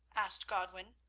asked godwin.